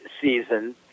season